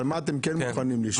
כן מוכנים?